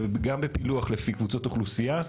גם בפילוח לפי קבוצות אוכלוסייה,